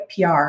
PR